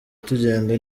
tugenda